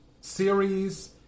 series